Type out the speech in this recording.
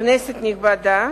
כנסת נכבדה,